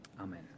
Amen